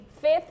fifth